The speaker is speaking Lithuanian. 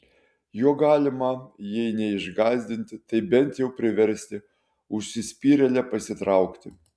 juo galima jei neišgąsdinti tai bent jau priversti užsispyrėlę pasitraukti